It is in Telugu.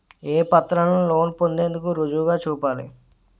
ఏ పత్రాలను లోన్ పొందేందుకు రుజువుగా చూపాలి?